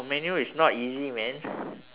oh manual is not easy man